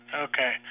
Okay